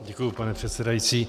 Děkuji, pane předsedající.